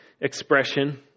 expression